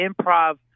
improv